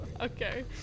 Okay